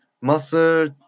muscle